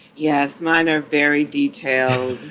yes, mine are very detailed,